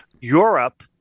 Europe